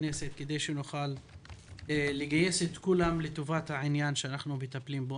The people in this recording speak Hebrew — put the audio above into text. בכנסת כדי שנוכל לגייס את כולם לטובת העניין בו אנחנו מטפלים.